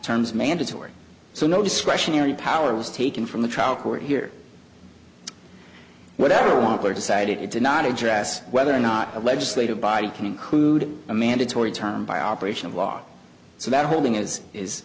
terms mandatory so no discretionary power was taken from the trial court here whatever offer decided it did not address whether or not a legislative body can include a mandatory term by operation of law so that holding is is